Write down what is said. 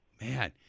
man